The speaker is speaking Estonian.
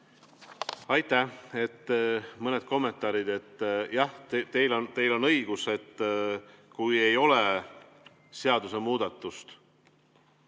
Aitäh! Mõned kommentaarid. Jah, teil on õigus, et kui ei ole seadusemuudatust